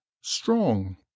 Strong